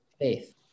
faith